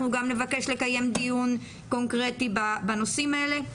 אנחנו גם נבקש לקיים דיון קונקרטי בנושאים האלה.